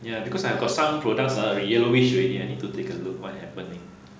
ya because I've got some products ha are yellowish already I need to take a look what happened eh